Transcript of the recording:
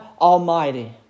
Almighty